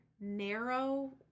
narrow